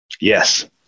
Yes